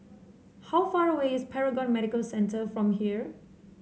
how far away is Paragon Medical Centre from here